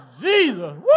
Jesus